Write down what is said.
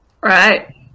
right